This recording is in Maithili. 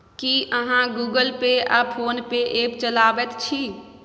की अहाँ गुगल पे आ फोन पे ऐप चलाबैत छी?